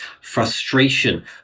frustration